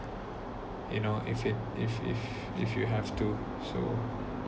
you know if it if if if you have to so